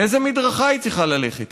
באיזו מדרכה היא צריכה ללכת?